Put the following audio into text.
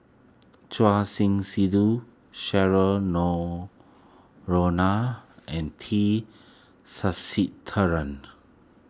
Choor Singh Sidhu and T Sasitharan